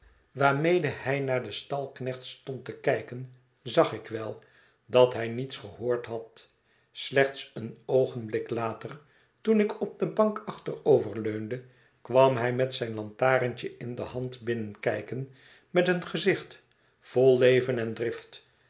waarmede hij naar de stalknechts stond te kijken zag ik wel dat hij niets gehoord had slechts een oogenblik later toen ik op de bank achteroverleunde kwam hij met zijn lantaarntje in de hand binnenkijken met een gezicht vol leven en drift